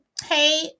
hey